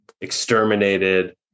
exterminated